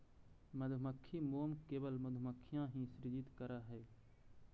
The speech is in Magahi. मधुमक्खी मोम केवल मधुमक्खियां ही सृजित करअ हई